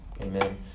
Amen